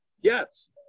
Yes